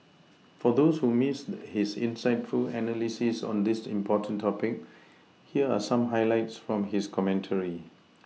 for those who Missed his insightful analysis on this important topic here are some highlights from his commentary